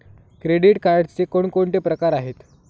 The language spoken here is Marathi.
क्रेडिट कार्डचे कोणकोणते प्रकार आहेत?